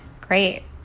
Great